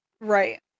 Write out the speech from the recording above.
Right